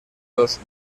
dos